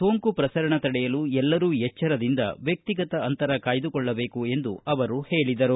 ಸೋಂಕು ಪ್ರಸರಣ ತಡೆಯಲು ಎಲ್ಲರೂ ಎಚ್ಚರದಿಂದ ವ್್ರಿಗತ ಅಂತರ ಕಾಯ್ದುಕೊಳ್ಳಬೇಕು ಎಂದು ಅವರು ಹೇಳಿದರು